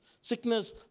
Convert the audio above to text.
sickness